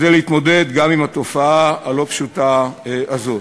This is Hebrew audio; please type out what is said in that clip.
כדי להתמודד גם עם התופעה הלא-פשוטה הזאת.